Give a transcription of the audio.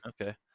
okay